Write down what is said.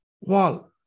wall